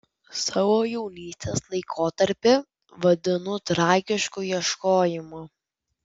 savo jaunystės laikotarpį vadinu tragišku ieškojimu